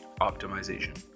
optimization